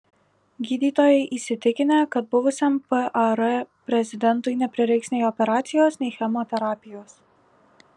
gydytojai įsitikinę kad buvusiam par prezidentui neprireiks nei operacijos nei chemoterapijos